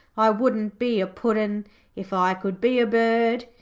i wouldn't be a puddin if i could be a bird,